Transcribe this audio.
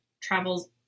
travels